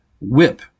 whip